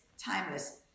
Timeless